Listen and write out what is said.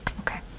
Okay